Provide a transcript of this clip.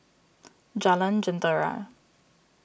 Jalan Jentera